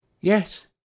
Yes